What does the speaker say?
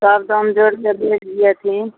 सब दाम जोड़िके भेज दिअथिन